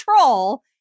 troll